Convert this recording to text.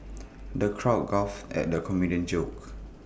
the crowd guffawed at the comedian's jokes